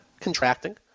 contracting